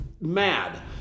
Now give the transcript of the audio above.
mad